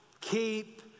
keep